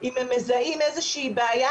אם הם מזהים איזושהי בעיה,